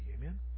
Amen